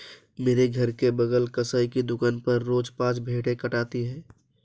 मेरे घर के बगल कसाई की दुकान पर रोज पांच भेड़ें कटाती है